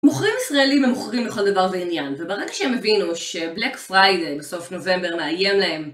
מוכרים ישראלים הם מוכרים לכל דבר בעניין, וברגע שהם הבינו שבלאק פריידי בסוף נובמבר מאיים להם